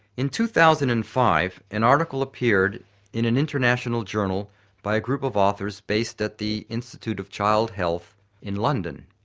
in two thousand and five an article appeared in an international journal by a group of authors based at the institute of child health in london.